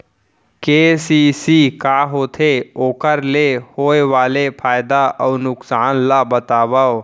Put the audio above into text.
KCC का होथे, ओखर ले होय वाले फायदा अऊ नुकसान ला बतावव?